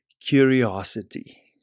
curiosity